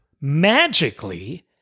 magically